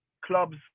Clubs